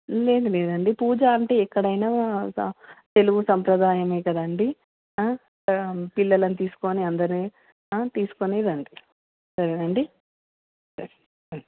లేదు లేదండి పూజ అంటే ఎక్కడైన తెలుగు సంప్రదాయం కదండి పిల్లలను తీసుకొని అందరిని తీసుకొని రండి సరే అండి బాయ్